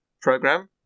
program